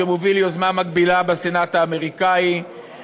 שמוביל יוזמה מקבילה בסנאט האמריקני,